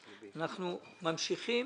אנחנו ממשיכים